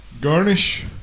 garnish